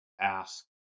ask